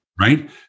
Right